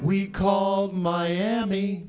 we call miami